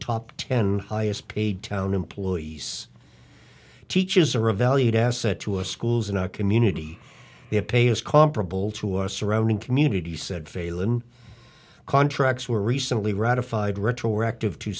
top ten highest paid town employees teachers are a valued asset to our schools in our community their pay is comparable to our surrounding community said failon contracts were recently ratified retroactive to